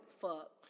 Fuck